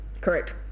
Correct